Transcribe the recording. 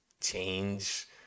change